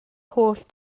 holl